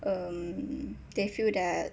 um they feel that